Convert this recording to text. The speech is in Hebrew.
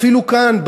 אפילו כאן,